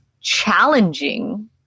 challenging